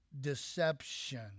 deception